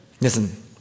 Listen